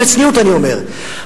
בצניעות אני אומר,